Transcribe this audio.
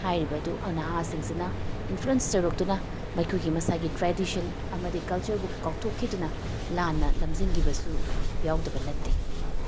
ꯍꯥꯏꯔꯤꯕꯗꯨ ꯅꯍꯥꯁꯤꯡꯁꯤꯅ ꯏꯟꯐ꯭ꯂꯨꯌꯦꯟꯁ ꯇꯧꯔꯛꯇꯨꯅ ꯃꯈꯣꯏꯒꯤ ꯃꯁꯥꯒꯤ ꯇ꯭ꯔꯦꯗꯤꯁꯟ ꯑꯃꯗꯤ ꯀꯜꯆꯔꯕꯨ ꯀꯥꯎꯊꯣꯛꯈꯤꯗꯨꯅ ꯂꯥꯟꯅ ꯂꯝꯖꯤꯡꯒꯤꯕꯁꯨ ꯌꯥꯎꯗꯕ ꯅꯠꯇꯦ